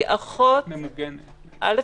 א',